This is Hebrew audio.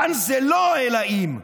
כאן זה לא "אלא אם כן".